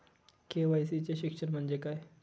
KYC चे शिक्षण म्हणजे काय?